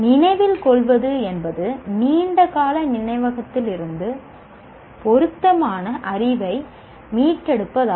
நினைவில் கொள்வது என்பது நீண்ட கால நினைவகத்திலிருந்து பொருத்தமான அறிவை மீட்டெடுப்பதாகும்